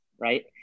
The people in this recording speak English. right